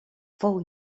fou